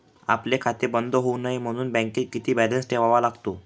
आपले खाते बंद होऊ नये म्हणून बँकेत किती बॅलन्स ठेवावा लागतो?